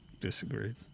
disagreed